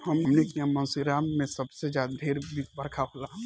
हमनी किहा मानसींराम मे सबसे ढेर बरखा होला